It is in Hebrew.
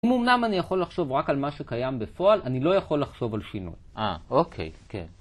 אם אמנם אני יכול לחשוב רק על מה שקיים בפועל, אני לא יכול לחשוב על שינוי. אה, אוקיי, כן.